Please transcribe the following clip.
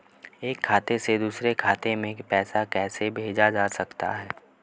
एक खाते से दूसरे खाते में पैसा कैसे भेजा जा सकता है?